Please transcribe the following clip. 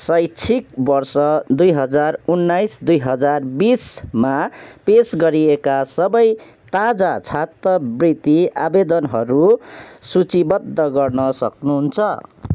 शैक्षिक वर्ष दुई हजार उन्नाइस दुई हजार बिसमा पेस गरिएका सबै ताजा छात्रवृत्ति आवेदनहरू सूचीबद्ध गर्न सक्नुहुन्छ